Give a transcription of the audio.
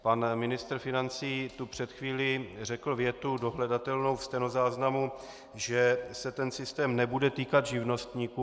Pan ministr financí tu před chvílí řekl větu dohledatelnou ve stenozáznamu, že se ten systém nebude týkat živnostníků.